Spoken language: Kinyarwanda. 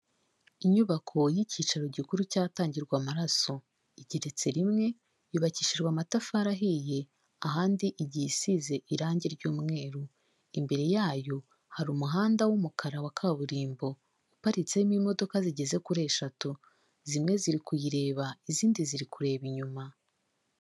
Inyubako y'icyicaro gikuru cyatangirwa amaraso , igereretse rimwe yubakishijwe amatafari ahiye, ahandi igiye isize irangi ry'umweru, imbere yayo hari umuhanda w'umukara wa kaburimbo, iparitsemo imodoka zigeze kuri eshatu, zimwe ziri kuyireba, izindi ziri kureba inyuma.